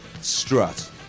strut